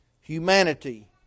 Humanity